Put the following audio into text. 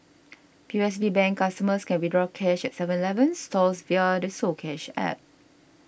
P O S B Bank customers can withdraw cash at Seven Eleven stores via the soCash App